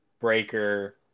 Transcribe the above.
breaker